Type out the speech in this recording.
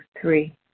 three